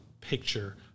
picture